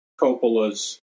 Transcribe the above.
Coppola's